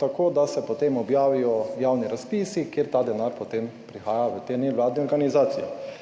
tako, da se potem objavijo javni razpisi, kjer ta denar potem prihaja v te nevladne organizacije.